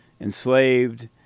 enslaved